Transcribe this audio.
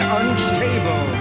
unstable